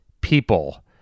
people